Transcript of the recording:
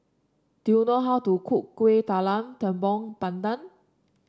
do you know how to cook Kuih Talam Tepong Pandan